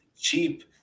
cheap